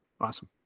Awesome